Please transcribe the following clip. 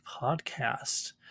podcast